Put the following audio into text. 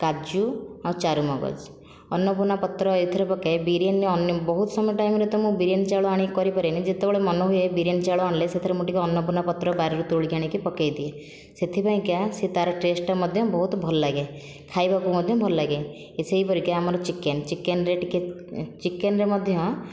କାଜୁ ଆଉ ଚାରମଗଜ ଅନ୍ନପୁର୍ଣ୍ଣା ପତ୍ର ଏଥିରେ ପକାଏ ବିରିୟାନୀ ଅନ୍ୟ ବହୁତ ସମୟ ଟାଇମ୍ରେ ତ ମୁଁ ବିରିୟାନୀ ଚାଉଳ ଆଣିକି କରି ପାରେନି ଯେତେବେଳେ ମନେ ହୁଏ ବିରିୟାନୀ ଚାଉଳ ଆଣିଲେ ସେଥିରେ ମୁଁ ଟିକେ ଅନ୍ନପୁର୍ଣ୍ଣା ପତ୍ର ବାଡ଼ିରୁ ତୋଳିକି ଆଣିକି ପକାଇ ଦିଏ ସେଥିପାଇଁ କା ସେ ତା'ର ଟେଷ୍ଟଟା ମଧ୍ୟ ବହୁତ ଭଲ ଲାଗେ ଖାଇବାକୁ ମଧ୍ୟ ଭଲ ଲାଗେ ସେହିପରି କା ଆମର ଚିକେନ ଚିକେନରେ ଟିକେ ଚିକେନରେ ମଧ୍ୟ